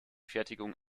fertigung